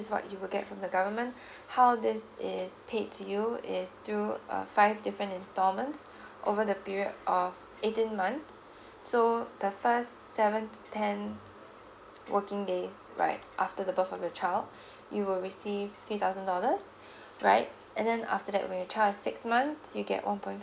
is what you will get from the government how this is paid to you is through uh five different installments over the period of eighteen months so the first seven to ten working days right after the birth of your child you will receive three thousand dollars right and then after that when your child is six months you get one point